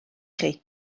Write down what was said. chi